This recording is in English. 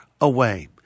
away